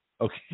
Okay